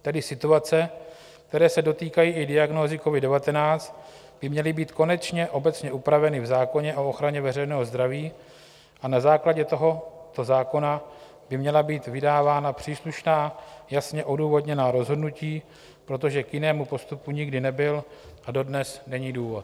Tedy situace, které se dotýkají i diagnózy covid19, by měly být konečně obecně upraveny v zákoně o ochraně veřejného zdraví a na základě tohoto zákona by měla být vydávána příslušná, jasně odůvodněná rozhodnutí, protože k jinému postupu nikdy nebyl a dodnes není důvod.